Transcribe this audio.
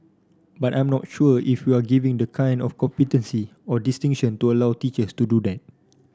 but I'm not sure if we're giving the kind of competency or distinction to allow teachers to do that